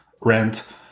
rent